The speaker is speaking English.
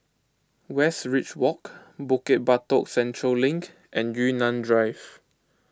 Westridge Walk Bukit Batok Central Link and Yunnan Drive